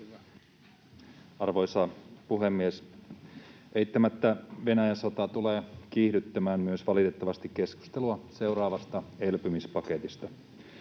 Arvoisa puhemies! Eittämättä Venäjän sota tulee kiihdyttämään myös, valitettavasti, keskustelua seuraavasta elpymispaketista.